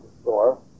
store